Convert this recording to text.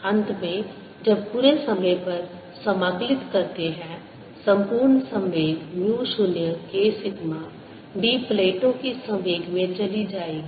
अंत में जब पूरे समय पर समाकलित करते हैं संपूर्ण संवेग म्यू 0 K सिग्मा d प्लेटों की संवेग में चली जाएगी